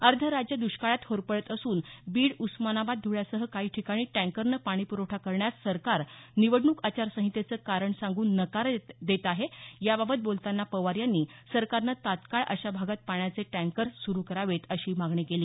अर्धं राज्य दष्काळात होरपळत असून बीड उस्मानाबाद ध्वळ्यासह काही ठिकाणी टँकरनं पाणी प्रवठा करण्यास सरकार निवडणूक आचार संहितेचं कारण सांगून नकार देत आहेत याबाबत बोलतांना पवार यांनी सरकारनं तात्काळ अशा भागात पाण्याचे टँकर्स सुरू करावेत अशी मागणी केली